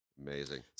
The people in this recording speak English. Amazing